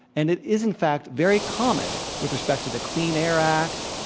and it is, in fact, very common with respect to the clean air act,